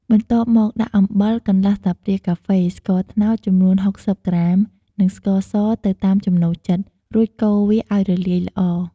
បន្ទាប់មកដាក់អំបិល កន្លះស្លាបព្រាកាហ្វេ ស្ករត្នោតចំនួន៦០ក្រាម និងស្ករសទៅតាមចំណូលចិត្ត រួចកូរវាឲ្យរលាយល្អ។